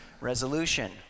resolution